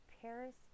Paris